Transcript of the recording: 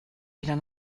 wieder